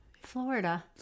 Florida